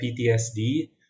PTSD